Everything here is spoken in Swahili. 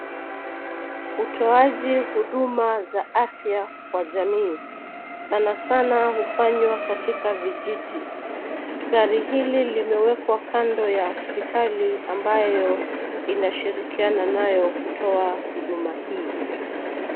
Utoaji huduma za afya kwa jamii, sanasana hufanywa katika vijiji. Gari hili limewekwa kando ya hospitali ambayo inashirikiana nayo kutoa huduma hii.